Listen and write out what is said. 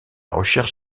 recherche